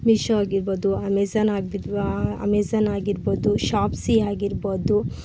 ಮಿಷೋ ಆಗಿರ್ಬೋದು ಅಮೆಝನ್ ಆಗ್ಬಿ ಆಗಿರ್ಬೋದು ಶಾಪ್ ಝೀ ಆಗಿರ್ಬೋದು